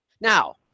Now